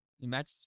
imagine